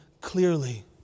clearly